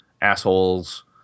assholes